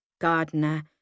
gardener